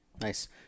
nice